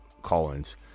Collins